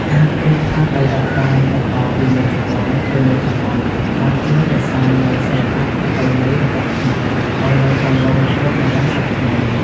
ការធ្វើផើងដីឥដ្ឋបានបន្តពីមួយជំនាន់ទៅមួយជំនាន់ បានជួយរក្សានូវសិល្បៈប្រពៃណីរបស់ខ្មែរឲ្យនៅគង់វង្សរហូតមកដល់សព្វថ្ងៃ។